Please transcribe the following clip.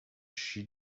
she